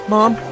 Mom